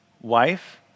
Wife